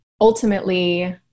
ultimately